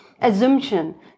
assumption